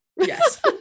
yes